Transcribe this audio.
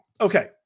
Okay